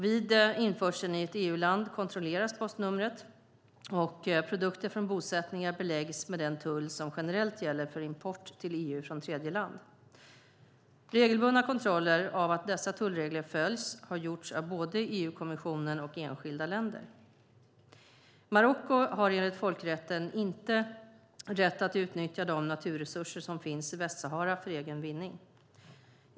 Vid införseln i ett EU-land kontrolleras postnumret, och produkter från bosättningar beläggs med den tull som generellt gäller för import till EU från tredjeland. Regelbundna kontroller av att dessa tullregler följs har gjorts av både EU-kommissionen och enskilda länder. Marocko har enligt folkrätten inte rätt att utnyttja de naturresurser som finns i Västsahara för egen vinning.